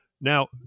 Now